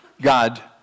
God